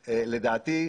לדעתי,